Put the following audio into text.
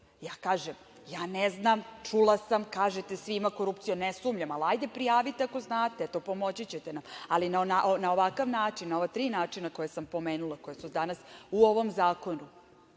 Ja kažem, ja ne znam, čula sam, kažete svi da ima korupcije, ne sumnjam, ali hajde prijavite ako znate, pomoći ćete nam. Ali, na ovakav način, na ova tri načina koje sam pomenula koji su danas u ovom zakonu,